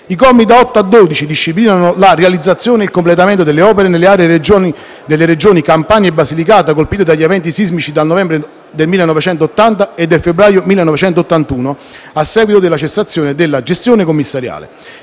I commi da 8 a 12 disciplinano la realizzazione e il completamento delle opere nelle aree delle Regioni Campania e Basilicata colpite dagli eventi sismici del novembre 1980 e del febbraio 1981, a seguito della cessazione della gestione commissariale.